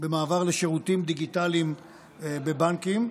במעבר לשירותים דיגיטליים בבנקים.